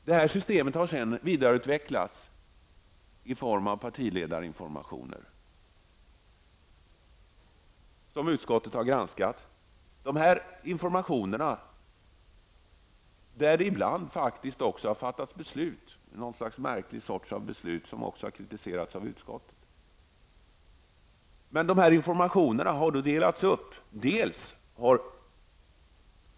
Detta system har senare vidareutvecklats med informationer till partiledarna, något som utskottet har granskat. Vid dessa informationsstunder har det ibland fattats beslut, en märklig sorts beslut, något som också har kritiserats av utskottet. Men informationen har delats upp.